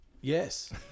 Yes